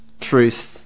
truth